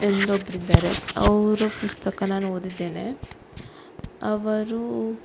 ಎಂದೊಬ್ಬರಿದ್ದಾರೆ ಅವರು ಪುಸ್ತಕ ನಾನು ಓದಿದ್ದೇನೆ ಅವರು